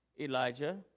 Elijah